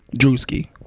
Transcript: Drewski